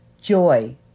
joy